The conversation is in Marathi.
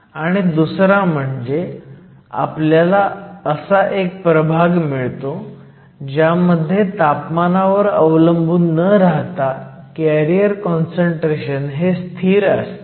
आणि दुसरा म्हणजे आपल्याला असा एक प्रभाग मिळतो ज्यामध्ये तापमानावर अवलंबून न राहता कॅरियर काँसंट्रेशन हे स्थिर असते